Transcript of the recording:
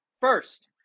first